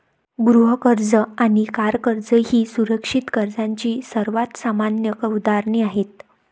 गृह कर्ज आणि कार कर्ज ही सुरक्षित कर्जाची सर्वात सामान्य उदाहरणे आहेत